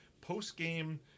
post-game